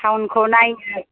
थाउनखौ नायनो